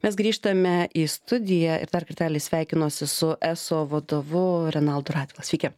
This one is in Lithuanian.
mes grįžtame į studiją ir dar kartelį sveikinuosi su eso vadovu renaldu radvila sveiki